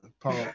Paul